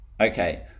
okay